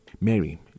Mary